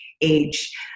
age